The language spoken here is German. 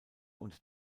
und